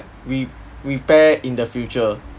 re~ repair in the future